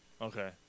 Okay